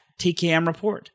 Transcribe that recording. TKMReport